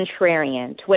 contrarian